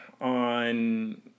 on